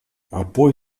apoi